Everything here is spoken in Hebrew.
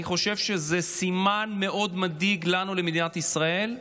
אני חושב שזה סימן מאוד מדאיג לנו, למדינת ישראל.